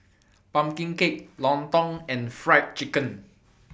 Pumpkin Cake Lontong and Fried Chicken